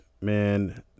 man